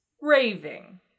raving